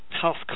tough